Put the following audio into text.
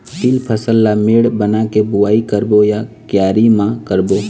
तील फसल ला मेड़ बना के बुआई करबो या क्यारी म करबो?